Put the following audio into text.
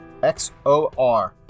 XOR